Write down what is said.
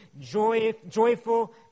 joyful